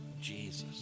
Jesus